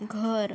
घर